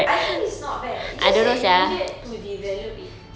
I think it's not bad it's just that you needed to develop it